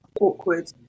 awkward